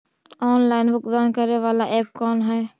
Online भुगतान करे बाला ऐप कौन है?